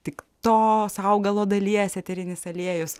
tik tos augalo dalies eterinis aliejus